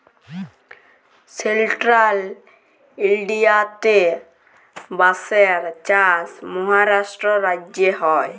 central ইলডিয়াতে বাঁশের চাষ মহারাষ্ট্র রাজ্যে হ্যয়